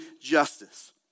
justice